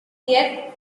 yet